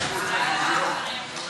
מוותרת.